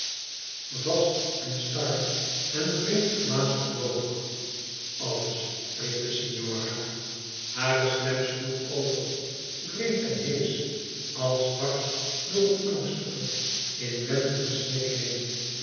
vast en star en vreemd glazerig droog alles riep de signora hare stem sloeg over vreemd en heesch als dwars door een angstigen inwendigen snik heen